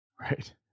right